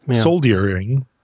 soldiering